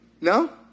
No